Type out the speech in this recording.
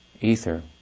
ether